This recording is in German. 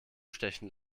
stechen